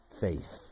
faith